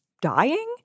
dying